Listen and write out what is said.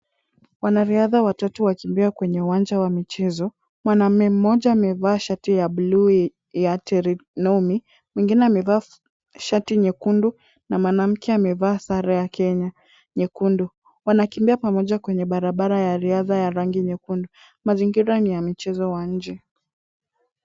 Wanariadha watatu wakimbia kwenye uwanja wa michezo, mwanaume mmoja amevaa shati ya bluu ya terenomy , mwingine amevaa shati nyekundu na mwanamke amevaa sare ya Kenya nyekundu. Wanakimbia pamoja kwenye barabara ya riadha ya rangi nyekundu. Mazingira ni ya michezo wa nje.